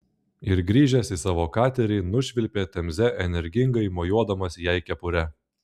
ir grįžęs į savo katerį nušvilpė temze energingai mojuodamas jai kepure